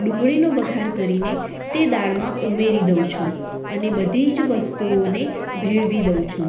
ડુંગળીનો વઘાર કરીને તે દાળમાં ઉમેરી દઉં છું અને બધી જ વસ્તુઓને ભેળવી દઉં છું